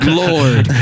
lord